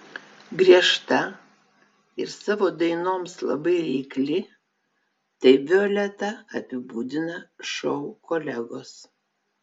griežta ir savo dainoms labai reikli taip violetą apibūdina šou kolegos